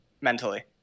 mentally